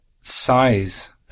size